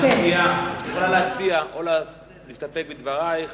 את יכולה להציע או להסתפק בדברייך